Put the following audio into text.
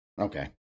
Okay